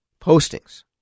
postings